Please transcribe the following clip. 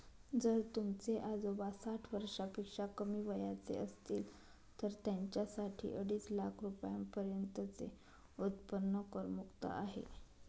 जर तुमचे आजोबा साठ वर्षापेक्षा कमी वयाचे असतील तर त्यांच्यासाठी अडीच लाख रुपयांपर्यंतचे उत्पन्न करमुक्त आहे